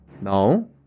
No